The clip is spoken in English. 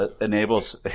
enables